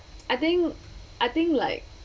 I think I think like